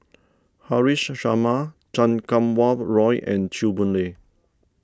Haresh Sharma Chan Kum Wah Roy and Chew Boon Lay